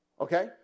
okay